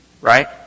Right